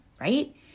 right